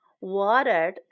watered